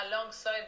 alongside